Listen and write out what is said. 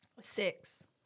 Six